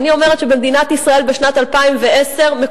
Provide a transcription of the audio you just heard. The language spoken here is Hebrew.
ואני אומרת שבמדינת ישראל בשנת 2010 מקובל